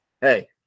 hey